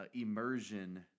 immersion